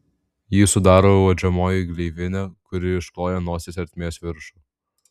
jį sudaro uodžiamoji gleivinė kuri iškloja nosies ertmės viršų